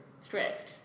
stressed